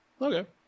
Okay